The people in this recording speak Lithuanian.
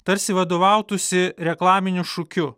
tarsi vadovautųsi reklaminiu šūkiu